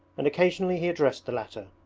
and occasionally he addressed the latter.